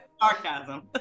Sarcasm